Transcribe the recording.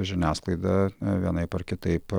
žiniasklaida vienaip ar kitaip